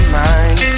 mind